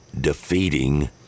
defeating